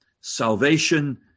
salvation